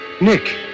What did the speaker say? Nick